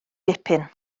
dipyn